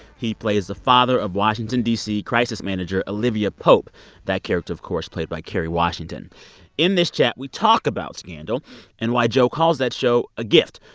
he plays the father of washington, d c, crisis manager olivia pope that character, of course, played by kerry washington in this chat, we talk about scandal and why joe calls that show a gift.